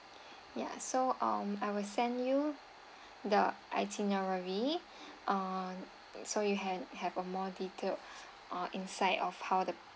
ya so um I will send you the itinerary uh so you had have a more detailed uh insight of how the